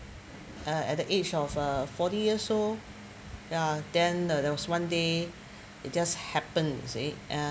uh at the age of uh forty years old ya then there was one day it just happen you see uh